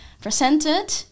presented